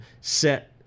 set